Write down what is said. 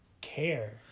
care